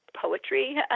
poetry